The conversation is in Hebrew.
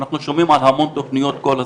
אנחנו שומעים על המון תוכניות כל הזמן,